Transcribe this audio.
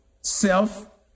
self